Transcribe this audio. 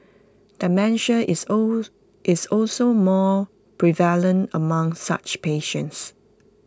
dementia is all is also more prevalent among such patients